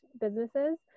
businesses